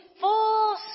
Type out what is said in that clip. full